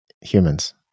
humans